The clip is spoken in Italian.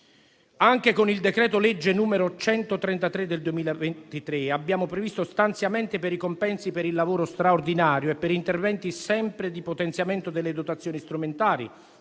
Anche con il decreto-legge n. 133 del 2023 abbiamo previsto stanziamenti per i compensi per il lavoro straordinario e per interventi sempre di potenziamento delle dotazioni strumentali.